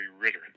Ritter